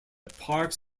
parks